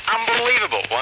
Unbelievable